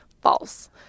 False